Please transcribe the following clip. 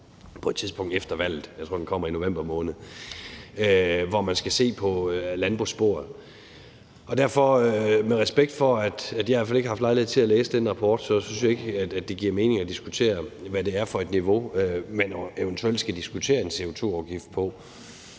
på et tidspunkt efter valget. Jeg tror, at den kommer i november måned. Der skal man se på landbrugssporet. Med respekt for at jeg i hvert fald ikke har haft lejlighed til at læse den rapport, synes jeg ikke, det giver mening at diskutere, hvad det er for et niveau, man eventuelt skal diskutere en CO2-afgift i